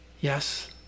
yes